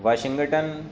Washington